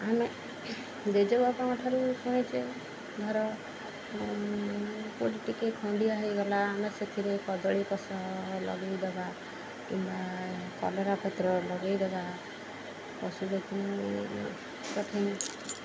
ଆମେ ଜେଜେବାପାଙ୍କଠାରୁ ଶୁଣିଛେ ଧର କେଉଁଠି ଟିକେ ଖଣ୍ଡିଆ ହେଇଗଲା ଆମେ ସେଥିରେ କଦଳୀ ପତ୍ର ଲଗେଇଦେବା କିମ୍ବା କଲରାପତ୍ର ଲଗେଇଦେବା ପଶୁପକ୍ଷୀଙ୍କ ଠେଇ